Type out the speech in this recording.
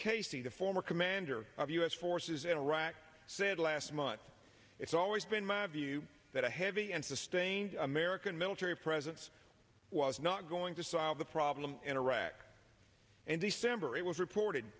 casey the former commander of u s forces in iraq said last month it's always been my view that a heavy and sustained american military presence was not going to solve the problem in iraq andy samberg it was reported